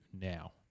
now